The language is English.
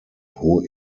who